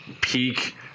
peak